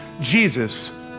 Jesus